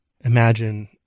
imagine